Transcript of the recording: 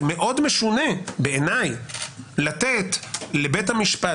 זה מאוד משונה בעיניי לתת לבית המשפט